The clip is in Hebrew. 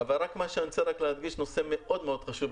אבל אני רוצה להדגיש נושא מאוד-מאוד חשוב,